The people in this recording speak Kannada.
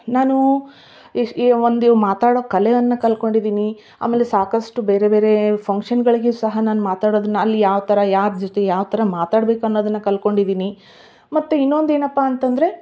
ನಾನು ಈ ಈ ಒಂದು ಮಾತಾಡೋ ಕಲೆಯನ್ನ ಕಲ್ಕೊಂಡಿದ್ದೀನಿ ಆಮೇಲೆ ಸಾಕಷ್ಟು ಬೇರೆ ಬೇರೆ ಫಂಕ್ಷನ್ಗಳ್ಗಿಯೂ ಸಹ ನಾನು ಮಾತಾಡೋದನ್ನ ಅಲ್ಲಿ ಯಾವ ಥರ ಯಾರ ಜೊತೆ ಯಾವ ಥರ ಮಾತಾಡಬೇಕು ಅನ್ನೋದನ್ನ ಕಲ್ಕೊಂಡಿದ್ದೀನಿ ಮತ್ತು ಇನ್ನೊಂದು ಏನಪ್ಪ ಅಂತಂದರೆ